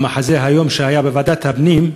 המחזה שהיה היום בוועדת הפנים,